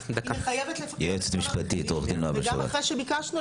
היא מחייבת לפחות --- וגם אחרי שביקשנו,